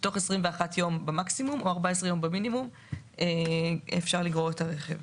שתוך 21 ימים במקסימום או 14 ימים במינימום אפשר לגרור את הרכב.